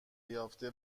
یافته